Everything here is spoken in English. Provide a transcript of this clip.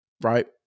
Right